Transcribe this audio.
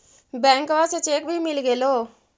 बैंकवा से चेक भी मिलगेलो?